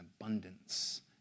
abundance